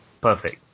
perfect